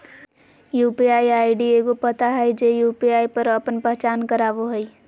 UPI ID एगो पता हइ जे यू.पी.आई पर आपन पहचान करावो हइ